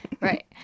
Right